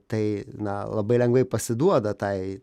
tai na labai lengvai pasiduoda tai